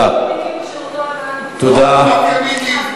אל תזלזל בשירות הצבאי, לא דיברתי על מיקי,